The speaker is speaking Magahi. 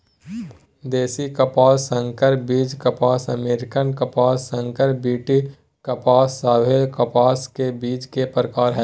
देशी कपास, संकर बीज कपास, अमेरिकन कपास, संकर बी.टी कपास सभे कपास के बीज के प्रकार हय